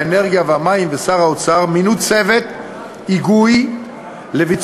האנרגיה והמים ושר האוצר מינו צוות היגוי לביצוע